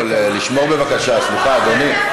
קודם כול, לשמור בבקשה, סליחה, אדוני.